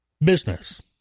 business